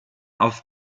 auf